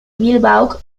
milwaukee